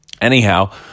Anyhow